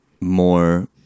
more